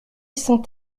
sont